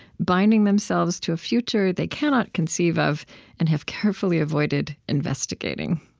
binding themselves to a future they cannot conceive of and have carefully avoided investigating.